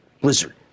Blizzard